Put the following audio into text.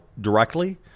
directly